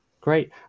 great